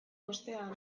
ostean